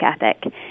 ethic